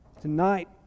Tonight